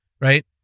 right